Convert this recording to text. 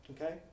Okay